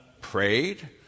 prayed